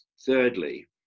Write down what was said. thirdly